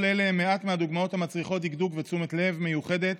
כל אלה הם מעט מהדוגמאות המצריכות דקדוק ותשומת לב מיוחדת